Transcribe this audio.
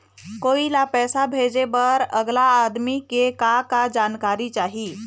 कोई ला पैसा भेजे बर अगला आदमी के का का जानकारी चाही?